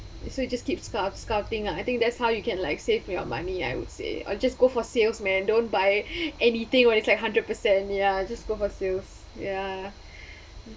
so you just keep scu~ sculpting ah I think that's how you can like save your money I would say or just go for sales man don't buy anything when it's like hundred percent ya just go for sales ya